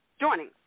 joining